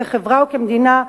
כחברה וכמדינה,